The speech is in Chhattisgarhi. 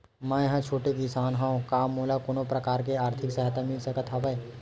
मै ह छोटे किसान हंव का मोला कोनो प्रकार के आर्थिक सहायता मिल सकत हवय?